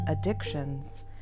addictions